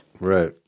right